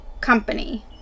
company